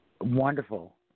Wonderful